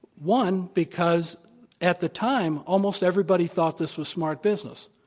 one, because at the time, almost everybody thought this was smart business.